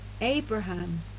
Abraham